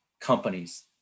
companies